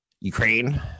Ukraine